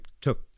took